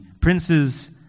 princes